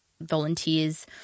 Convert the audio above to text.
volunteers